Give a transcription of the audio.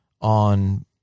on